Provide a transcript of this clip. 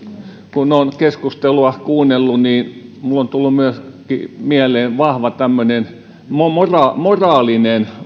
kun olen keskustelua kuunnellut niin minulle on tullut mieleen myöskin vahva moraalinen